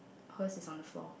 purse is on the floor